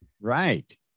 right